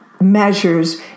measures